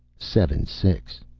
seven six.